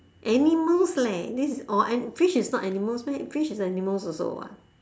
animals leh this is or fish is not animals meh fish is animals also what